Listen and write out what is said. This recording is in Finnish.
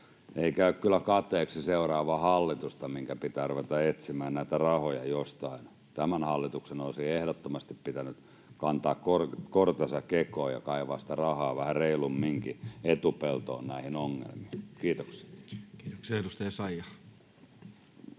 ei käy kyllä kateeksi seuraavaa hallitusta, minkä pitää ruveta etsimään näitä rahoja jostain. Tämän hallituksen olisi ehdottomasti pitänyt kantaa kortensa kekoon ja kaivaa sitä rahaa vähän reilumminkin etupeltoon näihin ongelmiin. — Kiitoksia.